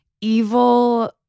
evil